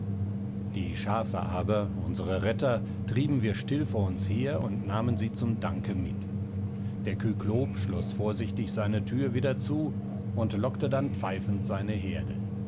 die schafe aber unsere retter trieben wir still vor uns her und nahmen sie zum danke mit der kyklop schloß vorsichtig seine thür wieder zu und lockte dann pfeifend seine herde